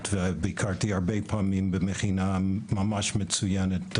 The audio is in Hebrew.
וביקרתי הרבה פעמים במכינה ממש מצוינת,